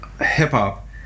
hip-hop